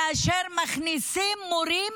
כאשר מכניסים מורים